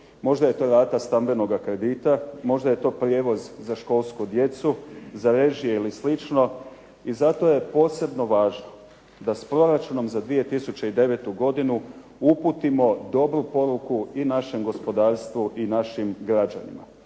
Možda je to rata stambenoga kredita, možda je to prijevoz za školsku djecu, za režije ili slično. I zato je posebno važno, da s proračunom za 2009. godinu uputimo dobru poruku i našem gospodarstvu i našim građanima.